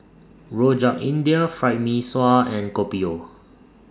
Rojak India Fried Mee Sua and Kopi O